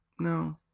No